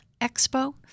Expo